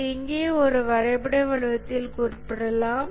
இதை இங்கே ஒரு வரைபட வடிவத்தில் குறிப்பிடலாம்